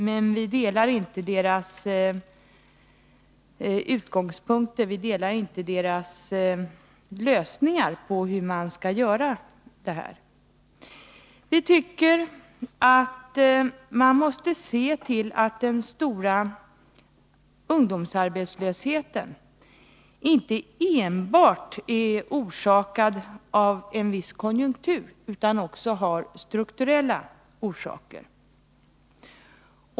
Men vi delar inte regeringens uppfattning om vilka insatser som bör göras. Vi menar att man måste ta hänsyn till att den stora ungdomsarbetslösheten inte enbart hänger samman med konjunkturerna, utan att den också har strukturella orsaker.